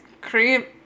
cream